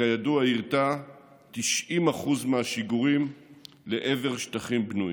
שכידוע יירטה 90% מהשיגורים לעבר שטחים בנויים.